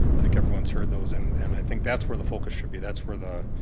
i think everyone's heard those and and i think that's where the focus should be. that's where the